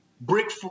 brick